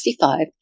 1965